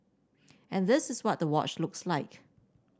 and this is what the watch looks like